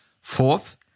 Fourth